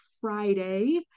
Friday